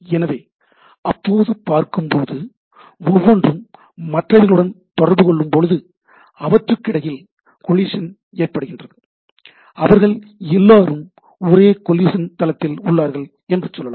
எனவே அப்போது பார்க்கும் போது ஒவ்வொன்றும் மற்றவைகளுடன் தொடர்பு கொள்ளும்பொழுது அவற்றுக்கிடையில் கோலிஷன் ஏற்படுகின்றது அவர்கள் எல்லாரும் ஒரே கோலிசன் களத்தில் உள்ளார்கள் என்று சொல்லலாம்